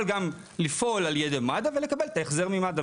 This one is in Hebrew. גם לפעול על ידי מד"א ולקבל את ההחזר ממד"א,